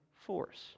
force